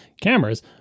cameras